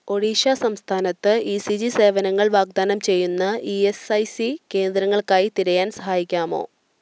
ഒഡീഷ സംസ്ഥാനത്ത് E C G സേവനങ്ങൾ വാഗ്ദാനം ചെയ്യുന്ന ഈ എസ് ഐ സി കേന്ദ്രങ്ങൾക്കായി തിരയാൻ സഹായിക്കാമോ